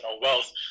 wealth